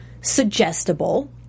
suggestible